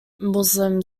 muslim